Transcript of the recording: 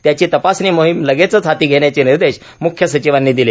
त्यांची तपासणी मोहीम लगेचच हाती घेण्याचे निर्देश म्ख्य सचिवांनी दिले